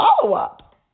follow-up